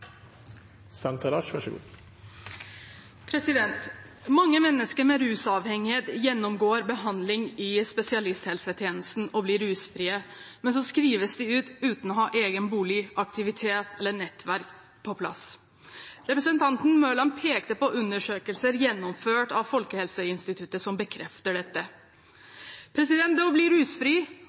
rusfrie, men så skrives de ut uten å ha egen bolig, aktivitet eller nettverk på plass. Representanten Mørland pekte på undersøkelser gjennomført av Folkehelseinstituttet som bekrefter dette. Å bli rusfri